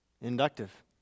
Inductive